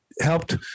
helped